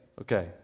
Okay